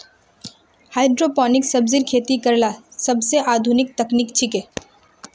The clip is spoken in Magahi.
हाइड्रोपोनिक सब्जिर खेती करला सोबसे आधुनिक तकनीक छिके